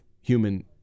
human